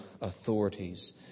authorities